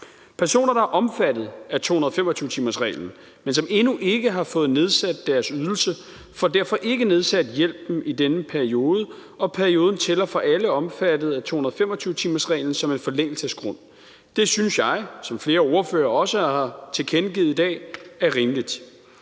Personer, der er omfattet af 225-timersreglen, men som endnu ikke har fået nedsat deres ydelse, får derfor ikke nedsat hjælpen i denne periode, og perioden tæller for alle omfattet af 225-timersreglen som en forlængelsesgrund. Det synes jeg, som flere ordførere også har tilkendegivet i dag, er rimeligt.